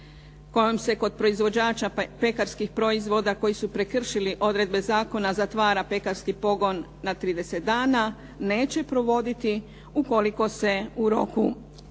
kojom se kod proizvođača pekarskih proizvoda koji su prekršili odredbe zakona zatvara pekarski pogon na 30 dana neće provoditi ukoliko se u roku od